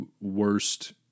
worst